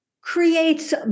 creates